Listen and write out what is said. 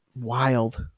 wild